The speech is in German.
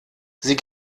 sie